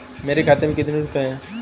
मेरे खाते में कितने रुपये हैं?